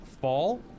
fall